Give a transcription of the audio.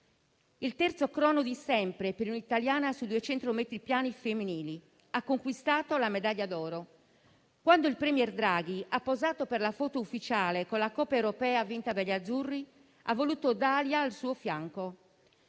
il terzo crono di sempre per un'italiana sui 200 metri piani femminili, e ha conquistato la medaglia d'oro. Quando il *premier* Draghi ha posato per la foto ufficiale con la Coppa europea vinta dagli Azzurri, ha voluto Dalia al suo fianco.